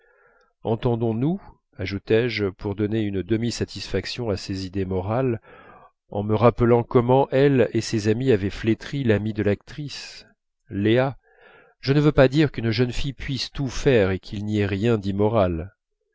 entendons-nous ajoutai-je pour donner une demi satisfaction à ses idées morales en me rappelant comment elle et ses amies avaient flétri l'amie de l'actrice léa je ne veux pas dire qu'une jeune fille puisse tout faire et qu'il n'y ait rien d'immoral